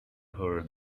her